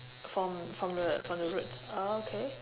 from from the from the roots ah okay